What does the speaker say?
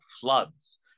floods